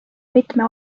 mitme